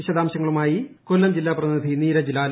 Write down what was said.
വിശദാംശങ്ങളുമായി ജില്ലാ പ്രതിനിധി നീരജ് ലാൽ